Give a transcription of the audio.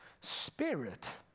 spirit